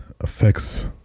affects